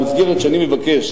במסגרת שאני מבקש,